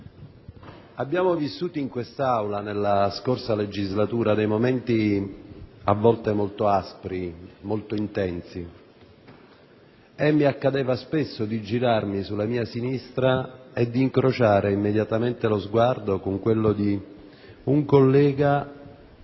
abbiamo vissuto in quest'Aula, nella scorsa legislatura, momenti di confronto a volte molto aspro e intenso. Mi accadeva spesso di girarmi alla mia sinistra e di incrociare immediatamente lo sguardo di un collega